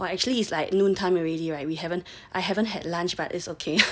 well actually it's like noontime lready right we haven't I haven't had lunch but it's okay